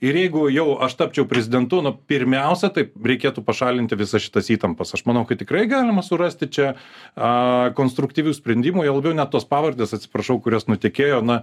ir jeigu jau aš tapčiau prezidentuna pirmiausia tai reikėtų pašalinti visas šitas įtampas aš manau tikrai galima surasti čia a konstruktyvių sprendimų juo labiau ne tos pavardės atsiprašau kurios nutekėjo na